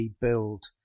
build